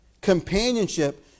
companionship